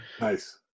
Nice